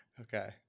Okay